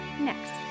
next